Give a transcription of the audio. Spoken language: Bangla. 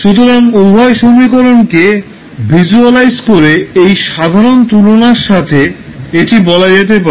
সুতরাং উভয় সমীকরণকে ভিজ্যুয়ালাইজ করে এই সাধারণ তুলনার সাথে এটি বলা যেতে পারে